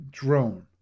drone